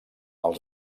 els